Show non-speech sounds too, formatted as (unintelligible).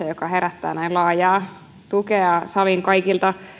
(unintelligible) joka herättää näin laajaa tukea salin kaikilta